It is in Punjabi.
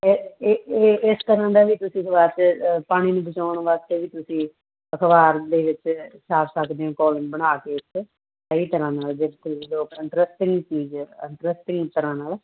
ਐ ਏ ਏ ਇਸ ਤਰ੍ਹਾਂ ਦਾ ਵੀ ਤੁਸੀਂ ਵਾਟਰ ਪਾਣੀ ਨੂੰ ਬਚਾਉਣ ਵਾਸਤੇ ਵੀ ਤੁਸੀਂ ਅਖਬਾਰ ਦੇ ਵਿੱਚ ਛਾਪ ਸਕਦੇ ਹੋ ਕੋਲਮ ਬਣਾ ਕੇ ਇੱਕ ਕਈ ਤਰ੍ਹਾਂ ਨਾਲ ਜੇ ਕੋਈ ਲੋਕ ਅੰਟਰਸਟਿੰਗ ਚੀਜ਼ ਅੰਟਰਸਟਿੰਗ ਤਰ੍ਹਾਂ ਨਾਲ